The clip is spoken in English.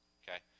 okay